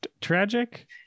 tragic